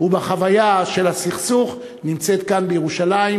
ובחוויה של הסכסוך נמצא כאן בירושלים,